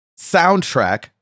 soundtrack